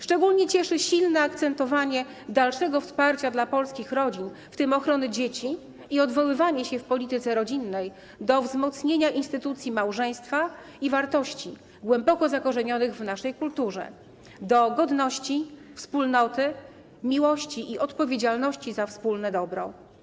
Szczególnie cieszy silne akcentowanie dalszego wsparcia dla polskich rodzin, w tym ochrony dzieci, i odwoływanie się w polityce rodzinnej do wzmocnienia instytucji małżeństwa i wartości głęboko zakorzenionych w naszej kulturze: do godności, wspólnoty, miłości i odpowiedzialności za wspólne dobro.